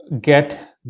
get